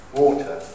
water